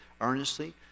earnestly